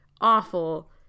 awful